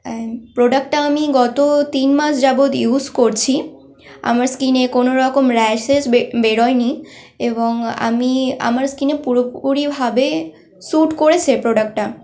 and প্রোডাক্টটা আমি গত তিন মাস যাবত ইউজ করছি আমার স্কিনে কোনোরকম র্যাশেস বেরোয়নি এবং আমি আমার স্কিনে পুরোপুরিভাবে সুট করেছে প্রোডাক্টটা